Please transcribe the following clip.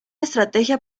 estrategia